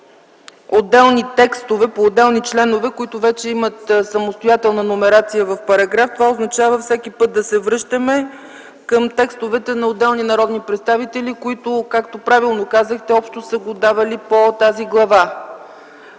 по отделни текстове, по отделни членове, които имат самостоятелна номерация в параграф, това означава всеки път да се връщаме към текстовете на отделни народни представители, които, както правилно казахте, са правили общо предложения по тази глава.